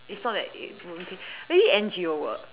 it's not that it won't pay maybe N_G_O work